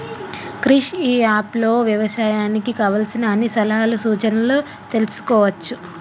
క్రిష్ ఇ అప్ లో వ్యవసాయానికి కావలసిన అన్ని సలహాలు సూచనలు తెల్సుకోవచ్చు